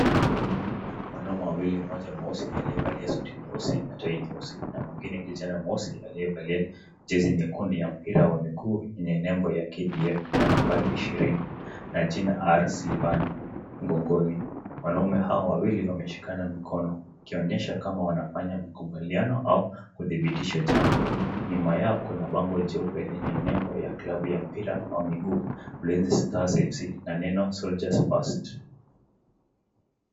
Wanaume wawili mmoja mweusi aliyevaa suti nyeusi na tai nyeusi na mwingine kijana mweusi aliyevaa jezi nyekundu ya mpira wa miguu yenye nembo ya KDF na nambari 20 na jina R Silvani mgongoni. Wanaume hawa wawili wameshikana mikono ikionyesha kama wanafanya mkubaliano au kudhibitisha jambo. Nyuma yao kuna bango jeupe lenye nembo ya klabu ya mpira wa miguu Ulinzi Stars FC na neno Soldiers Past.